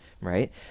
right